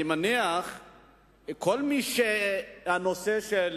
אני מניח שכל מי שהנושא של